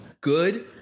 good